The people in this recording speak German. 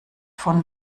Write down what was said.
von